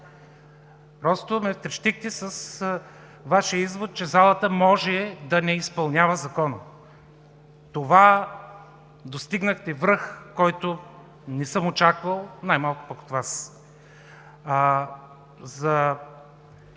Просто ме втрещихте с Вашия извод, че залата може да не изпълнява закона. С това достигнахте връх, който не съм очаквал, най-малко пък от Вас.